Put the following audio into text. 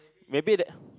maybe that